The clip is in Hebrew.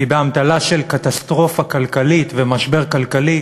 כי באמתלה של קטסטרופה כלכלית ומשבר כלכלי